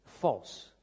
false